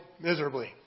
miserably